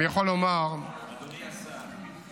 אדוני השר,